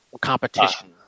Competition